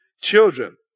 children